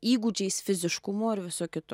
įgūdžiais fiziškumu ir visu kitu